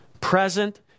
present